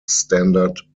standard